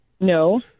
No